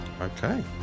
Okay